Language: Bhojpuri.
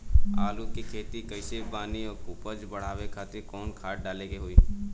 आलू के खेती कइले बानी उपज बढ़ावे खातिर कवन खाद डाले के होई?